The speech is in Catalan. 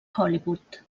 hollywood